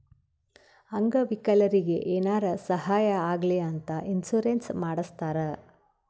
ಅಂಗ ವಿಕಲರಿಗಿ ಏನಾರೇ ಸಾಹಾಯ ಆಗ್ಲಿ ಅಂತ ಇನ್ಸೂರೆನ್ಸ್ ಮಾಡಸ್ತಾರ್